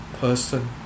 person